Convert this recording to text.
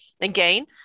again